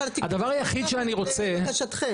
אבל התיקון הזה הוא לבקשתכם.